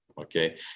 Okay